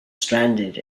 stranded